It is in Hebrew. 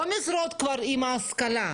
לא משרות כבר עם השכלה,